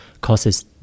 causes